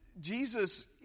Jesus